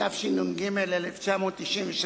התשנ"ג 1993,